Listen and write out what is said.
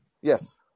Yes